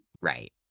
Right